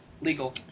Legal